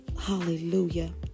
Hallelujah